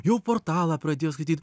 jau portalą pradėjo skaityt